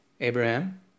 Abraham